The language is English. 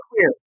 clear